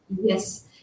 Yes